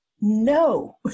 no